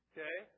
Okay